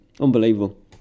Unbelievable